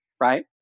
right